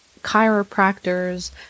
chiropractors